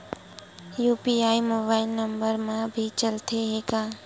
UPI mobile number मा भी चलते हे का?